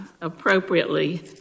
appropriately